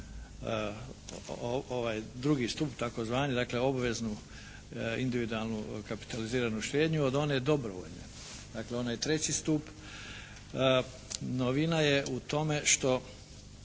drugi stup takozvani. Dakle, obveznu individualnu kapitaliziranu štednju od one dobrovoljne. Dakle, onaj treći stup. Novina je što